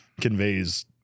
conveys